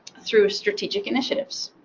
through strategic initiatives.